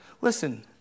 Listen